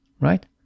right